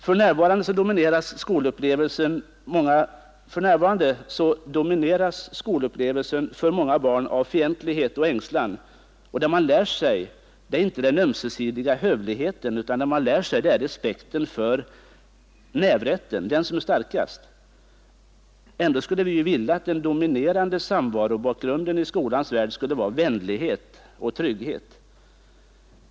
För närvarande domineras skolupplevelsen för många barn av fientlig het och ängslan, och det man lär sig är inte den ömsesidiga hövligheten, utan man lär sig respekten för nävrätten — den som är starkast. Ändå skulle vi ju vilja att den dominerande samvarobakgrunden i skolans värld skulle vara vänlighet och trygghet.